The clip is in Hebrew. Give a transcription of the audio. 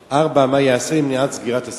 4. מה ייעשה למניעת סגירת הספרייה?